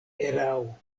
erao